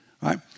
Right